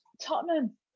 Tottenham